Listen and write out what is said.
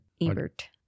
ebert